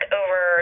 over